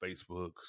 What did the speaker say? Facebook